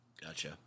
Gotcha